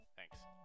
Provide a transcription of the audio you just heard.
Thanks